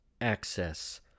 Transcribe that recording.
access